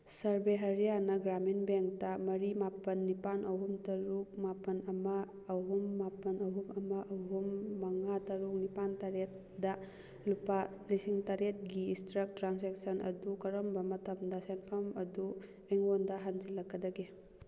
survey Haryana Gramin ꯕꯦꯡꯗ ꯃꯔꯤ ꯃꯥꯄꯜ ꯅꯤꯄꯥꯜ ꯑꯍꯨꯝ ꯇꯔꯨꯛ ꯃꯥꯄꯜ ꯑꯃ ꯑꯍꯨꯝ ꯃꯥꯄꯜ ꯑꯍꯨꯝ ꯑꯃ ꯑꯍꯨꯝ ꯃꯉꯥ ꯇꯔꯨꯛ ꯅꯤꯄꯥꯜ ꯇꯔꯦꯠꯇ ꯂꯨꯄꯥ ꯂꯤꯁꯤꯡ ꯇꯔꯦꯠꯛꯤ ꯏꯁꯇ꯭ꯔꯛ ꯇ꯭ꯔꯥꯟꯖꯦꯛꯁꯟ ꯑꯗꯨ ꯀꯔꯝꯕ ꯃꯇꯝꯗ ꯁꯦꯟꯐꯝ ꯑꯗꯨ ꯑꯩꯉꯣꯟꯗ ꯍꯟꯖꯤꯜꯂꯛꯀꯗꯒꯦ